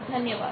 धन्यवाद